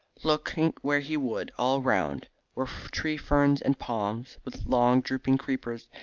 look where he would all round were tree-ferns and palms with long drooping creepers,